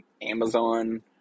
Amazon